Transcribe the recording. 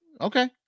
Okay